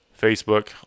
facebook